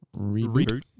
reboot